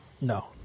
No